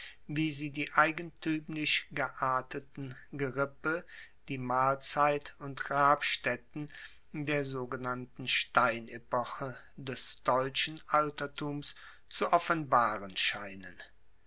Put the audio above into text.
wie sie die eigentuemlich gearteten gerippe die mahlzeit und grabstaetten der sogenannten steinepoche des deutschen altertums zu offenbaren scheinen